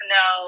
no